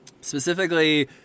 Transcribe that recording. Specifically